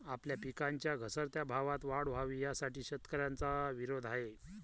आपल्या पिकांच्या घसरत्या भावात वाढ व्हावी, यासाठी शेतकऱ्यांचा विरोध आहे